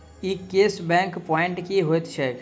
ई cash back point की होइत छैक?